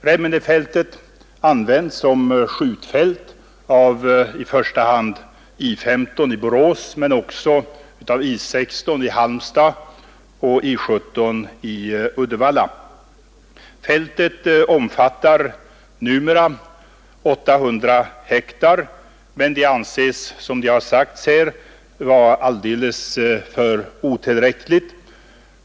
Remmenefältet används såsom skjutfält i första hand av I 15 i Borås men också av I 16 i Halmstad och I 17 i Uddevalla. Remmene skjutfält omfattar numera 800 hektar, men det anses, som här har sagts, vara alldeles otillräckligt.